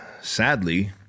sadly